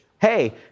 hey